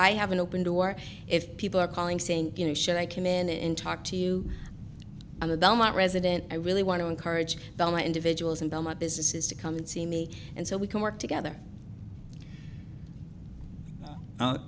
i have an open door if people are calling saying you know should i came in and talk to you on the belmont resident i really want to encourage all my individuals and businesses to come and see me and so we can work together